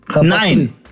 nine